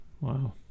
Wow